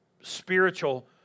spiritual